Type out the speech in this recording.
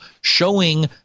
showing